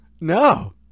No